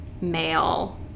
male